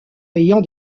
ayant